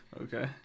okay